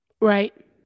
Right